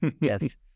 Yes